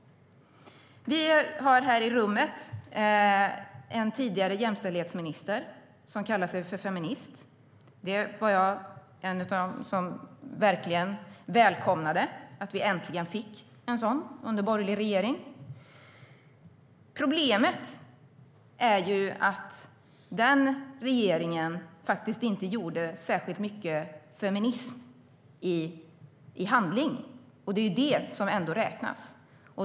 Vi har här i rummet en tidigare jämställdhetsminister som kallar sig feminist. Jag var en av dem som verkligen välkomnade att vi fick en sådan under en borgerlig regering. Problemet är att den regeringen faktiskt inte gjorde särskilt mycket feminism i handling, och det är ändå det som räknas.